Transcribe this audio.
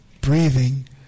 breathing